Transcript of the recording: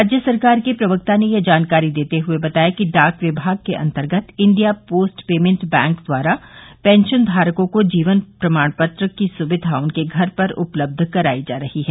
राज्य सरकार के प्रवक्ता ने यह जानकारी देते हुए बताया कि डाक विभाग के अन्तर्गत इंडिया पोस्ट पेमेंट बैंक द्वारा पेंशन धारकों को जीवन प्रमाण पत्र की सुविधा उनके घर पर उपलब्ध कराई जा रही है